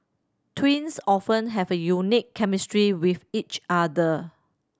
twins often have a unique chemistry with each other